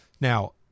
Now –